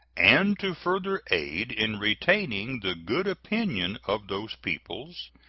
and to further aid in retaining the good opinion of those peoples,